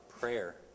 prayer